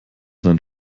sein